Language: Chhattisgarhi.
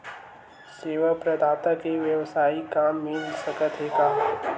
सेवा प्रदाता के वेवसायिक काम मिल सकत हे का?